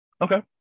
Okay